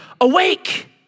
awake